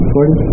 Gordon